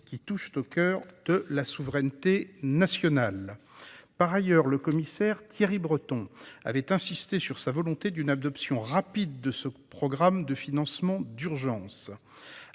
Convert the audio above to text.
qui touchent au coeur de la souveraineté nationale. Par ailleurs, le commissaire Thierry Breton a insisté sur sa volonté d'une adoption rapide de ce programme de financement d'urgence.